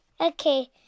Okay